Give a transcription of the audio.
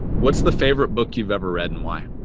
what's the favorite book you've ever read and why?